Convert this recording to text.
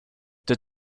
did